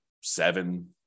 seven